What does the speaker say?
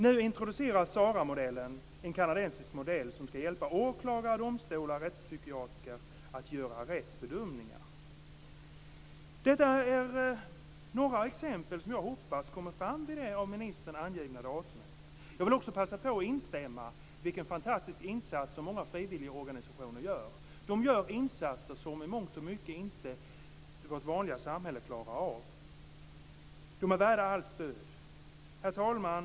"Nu introduceras SARA-modellen, en kanadensisk metod som ska hjälpa åklagare, domstolar och rättspsykiatrer att göra rätt bedömningar." Detta är några exempel som jag hoppas kommer fram vid det av ministern angivna datumet. Jag vill också passa på och instämma i vilken fantastisk insats som många frivilligorganisationer gör. De gör i mångt och mycket insatser som vårt vanliga samhälle inte klarar av. De är värda allt stöd. Herr talman!